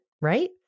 right